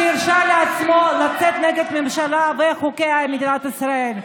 שהרשה לעצמו לצאת נגד הממשלה וחוקיה של מדינת ישראל.